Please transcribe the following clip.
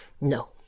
No